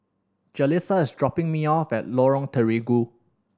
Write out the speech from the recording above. Jalisa is dropping me off at Lorong Terigu